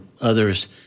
others